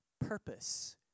purpose